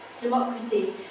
democracy